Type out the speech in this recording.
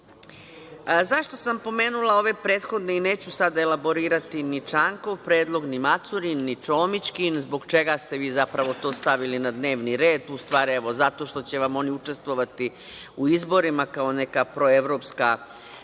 živi.Zašto sam pomenula ove prethodne i neću sada elaborirati ni Čankov predlog, ni Macurin, ni Čomićkin, zbog čega ste vi zapravo to stavili na dnevni red? U stvari, zato što će vam oni učestvovati u izborima kao neka proevropska